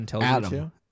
Adam